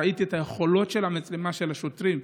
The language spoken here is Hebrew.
ראיתי את יכולות המצלמות של השוטרים,